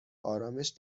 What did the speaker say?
آرامش